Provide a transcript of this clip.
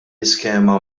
iskema